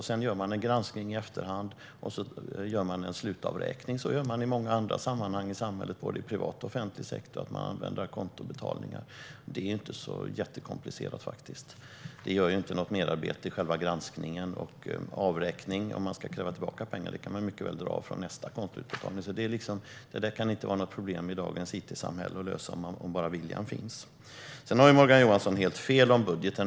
Man får göra en granskning i efterhand och sedan en slutavräkning. A conto-utbetalningar används i många andra sammanhang i samhället, både i privat och i offentlig sektor. Det är inte så komplicerat. Det innebär inte heller något merarbete i själva granskningen, och om man ska kräva tillbaka pengar kan man mycket väl dra dem från nästa a conto-utbetalning. Detta kan inte vara något problem i dagens it-samhälle, om bara viljan finns. Morgan Johansson har helt fel om budgeten.